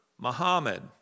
Muhammad